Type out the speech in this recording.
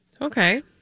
Okay